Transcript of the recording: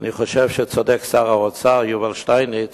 אני חושב שצודק שר האוצר יובל שטייניץ